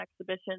exhibition